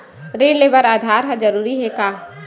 ऋण ले बर आधार ह जरूरी हे का?